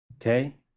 Okay